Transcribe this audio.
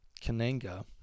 kananga